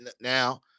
Now